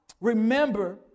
remember